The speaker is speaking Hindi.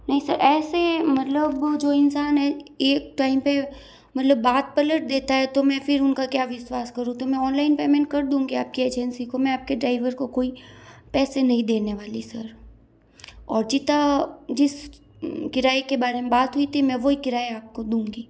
नहीं सर ऐसे मतलब जो इंसान एक टाइम पर मतलब बात पलट देता है तो मैं फिर उन का क्या विश्वास करूँ तो मैं ऑनलाइन पेमेंट कर दूँ क्या आप की एजेंसी को मैं आप के ड्राइवर को कोई पैसे नहीं देने वाली सर और जितना जिस किराए के बारे में बात हुई थी मैं वो ही किराया आप को दूँगी